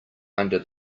under